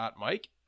mike